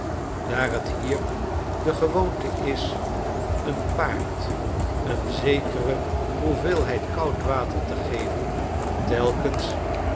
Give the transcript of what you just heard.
daar j t hier de gewoonte is een paard een zekere hoeveelheid koud water te geven telkens